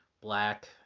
black